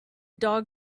dog